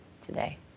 today